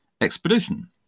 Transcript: expedition